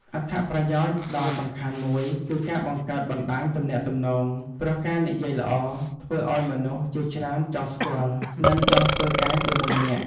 អត្ថប្រយោជន៍ដ៏សំខាន់មួយគឺការបង្កើតបណ្ដាញទំនាក់ទំនង ព្រោះការនិយាយល្អធ្វើឱ្យមនុស្សជាច្រើនចង់ស្គាល់ និងចង់ធ្វើការជាមួយអ្នក។